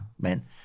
men